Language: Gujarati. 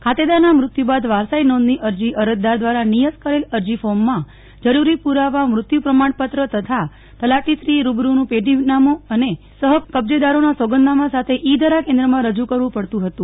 ખાતેદારના મૃત્યુ બાદ વારસાઇ નોંધની અરજી અરજદાર દ્વારા નિયત કરેલ અરજી ફોર્મમાં જરૂરી પુરાવા મૃત્યુ પ્રમાણપત્ર તથા તલાટીશ્રી રૂબરૂનું પેઢીનામું તથા સહકબજેદારોના સોંગદનામા સાથે ઇ ધરા કેન્દ્રમાં રજુ કરવું પડતું હતું